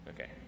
Okay